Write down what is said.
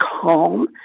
calm